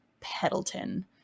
Peddleton